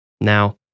Now